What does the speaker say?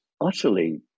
utterly